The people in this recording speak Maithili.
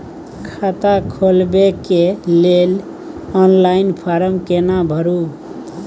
खाता खोलबेके लेल ऑनलाइन फारम केना भरु?